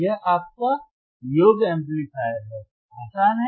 यह आपका योग एम्पलीफायर है आसान है